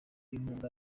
inkunga